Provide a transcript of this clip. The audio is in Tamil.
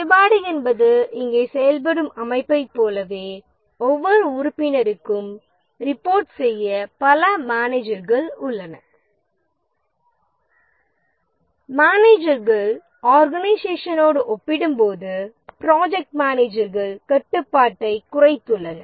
குறைபாடு என்பது இங்கே செயல்படும் அமைப்பைப் போலவே ஒவ்வொரு உறுப்பினருக்கும் ரிபோர்ட் செய்ய பல மேனேஜர்கள் உள்ளனர் மேனேஜர்கள் ஆர்கனைசேஷனோடு ஒப்பிடும்போது ப்ரோஜெக்ட் மேனேஜர்கள் கட்டுப்பாட்டைக் குறைத்துள்ளனர்